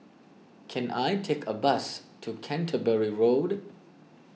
can I take a bus to Canterbury Road